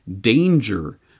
danger